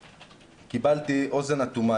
וקיבלתי אוזן אטומה.